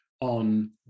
on